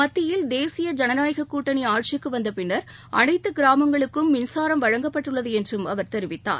மத்தியில் தேசிய ஜனநாயகக்கூட்டணி ஆட்சிக்கு வந்த பின்னர் கடந்த ஆறு ஆண்டுகளில் அனைத்து கிராமங்களுக்கும் மின்சாரம் வழங்கப்பட்டுள்ளது என்றும் அவர் தெரிவித்தார்